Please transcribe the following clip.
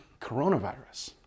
coronavirus